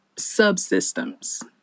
subsystems